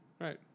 right